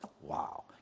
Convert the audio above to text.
Wow